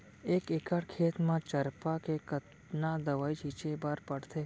एक एकड़ खेत म चरपा के कतना दवई छिंचे बर पड़थे?